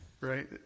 Right